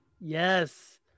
Yes